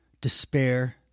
despair